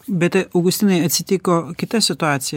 bet tai augustinai atsitiko kita situacija